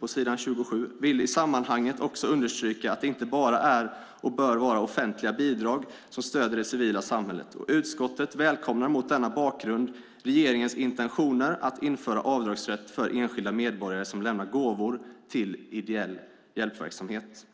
"Utskottet vill i sammanhanget också understryka att det inte bara är och bör vara offentliga bidrag som stöder det civila samhället, och utskottet välkomnar mot denna bakgrund regeringens intentioner att införa avdragsrätt för enskilda medborgare som lämnar gåvor till ideell hjälpverksamhet."